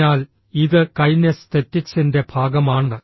അതിനാൽ ഇത് കൈനെസ്തെറ്റിക്സിന്റെ ഭാഗമാണ്